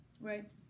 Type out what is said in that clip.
Right